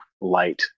light